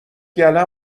گله